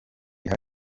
hari